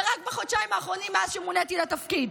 ורק בחודשיים האחרונים מאז שמוניתי לתפקיד.